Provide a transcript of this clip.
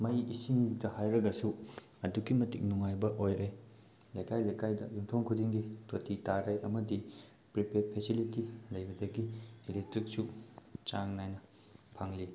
ꯃꯩ ꯏꯁꯤꯡꯗ ꯍꯥꯏꯔꯒꯁꯨ ꯑꯗꯨꯛꯀꯤ ꯃꯇꯤꯛ ꯅꯨꯡꯉꯥꯏꯕ ꯑꯣꯏꯔꯦ ꯂꯩꯀꯥꯏ ꯂꯩꯀꯥꯏꯗ ꯌꯨꯝꯊꯣꯡ ꯈꯨꯗꯤꯡꯒꯤ ꯇꯣꯇꯤ ꯇꯥꯔꯦ ꯑꯃꯗꯤ ꯄ꯭ꯔꯤꯄꯦꯗ ꯐꯦꯁꯤꯂꯤꯇꯤ ꯂꯩꯕꯗꯒꯤ ꯏꯂꯦꯛꯇ꯭ꯔꯤꯛꯁꯨ ꯆꯥꯡ ꯅꯥꯏꯅ ꯐꯪꯂꯦ